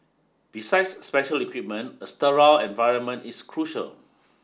besides special equipment a sterile environment is crucial